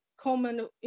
common